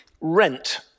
rent